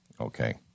Okay